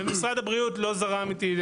ומשרד הבריאות לא זרם איתי,